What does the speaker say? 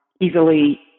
easily